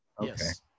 Yes